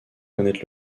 connaître